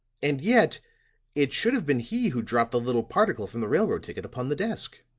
and yet it should have been he who dropped the little particle from the railroad ticket upon the desk.